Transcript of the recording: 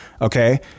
Okay